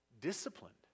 disciplined